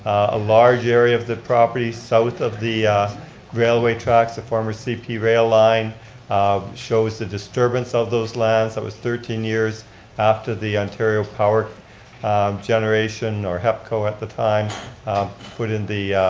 a large area of the property south of the railway tracks, the former cp rail line shows the disturbance of those lands. that was thirteen years after the ontario power generation, or hepco at the time put in the,